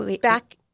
Back